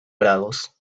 grados